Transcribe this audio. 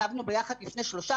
ישבנו יחד לפני שלושה,